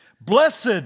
blessed